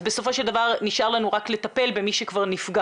בסופו של דבר נשאר לנו לטפל רק במי שכבר נפגע